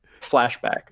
flashback